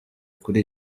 kuri